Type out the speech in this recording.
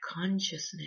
consciousness